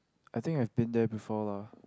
I think I've been there before lah